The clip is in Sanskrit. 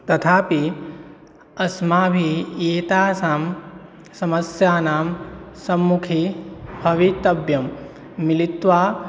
तथापि अस्माभिः एतासां समस्यानां सम्मुखी भवितव्यं मिलित्वा